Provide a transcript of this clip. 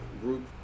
group